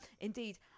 indeed